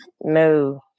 No